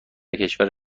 کشور